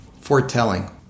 foretelling